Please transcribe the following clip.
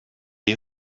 you